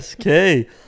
Okay